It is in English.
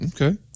Okay